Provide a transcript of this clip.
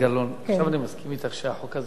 עכשיו אני מסכים אתך שהחוק הזה יכול להיות